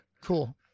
Cool